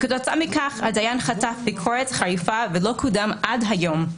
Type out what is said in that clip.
וכתוצאה מכך הדיין חטף ביקורת חריפה ולא קודם עד היום.